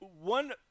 one